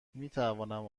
میتوانم